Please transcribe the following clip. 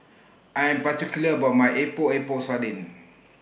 I Am particular about My Epok Epok Sardin